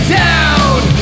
down